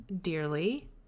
Dearly